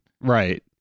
right